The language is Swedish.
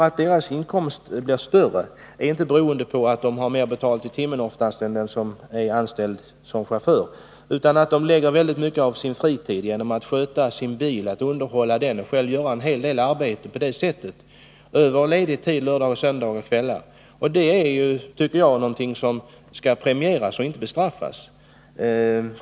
Att deras inkomst blir större beror oftast inte på 17 att de har mer betalt i timmen än den som är anställd som chaufför, utan det beror på att de lägger ned mycket av sin fritid på att sköta bilen, underhålla den och själva göra en hel del arbete — på ledig tid under lördagar, söndagar och kvällar. Detta är, tycker jag, någonting som skall premieras och inte bestraffas.